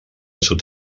sud